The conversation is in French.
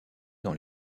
dans